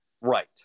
Right